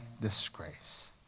disgrace